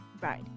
Right